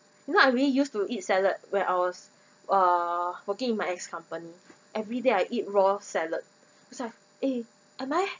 you know I really used to eat salad when I was uh working in my ex company every day I eat raw salad was I eh am I